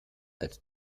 als